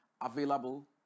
available